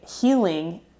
healing